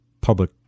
public